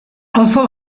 auzo